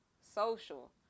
Social